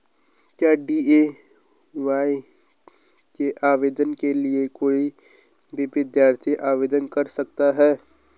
क्या डी.ए.वाय के आवेदन के लिए कोई भी विद्यार्थी आवेदन कर सकता है?